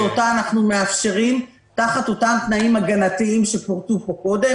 שאותה אנחנו מאפשרים תחת אותם תנאים הגנתיים שפורטו פה קודם,